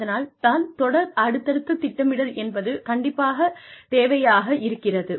அதனால் தான் தொடர் அடுத்தடுத்த திட்டமிடல் என்பது கண்டிப்பாகத் தேவையாக இருக்கிறது